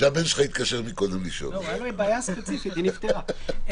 לפי חוק הגנת הפרטיות ולפי תקנות הגנת הפרטיות אבטחת מידע,